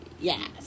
yes